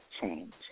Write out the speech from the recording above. change